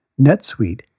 NetSuite